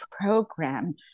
program